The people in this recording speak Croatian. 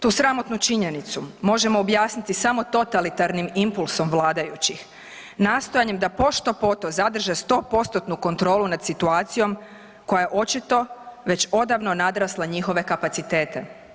Tu sramotnu činjenicu možemo objasniti samo totalitarnim impulsom vladajućih nastojanjem da pošto poto zadrže 100%-tnom kontrolu nad situacijom koja je očito već odavno nadrasla njihove kapacitete.